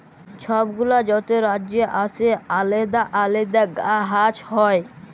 ছব গুলা যত রাজ্যে আসে আলেদা আলেদা গাহাচ হ্যয়